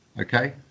Okay